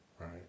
Right